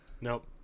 Nope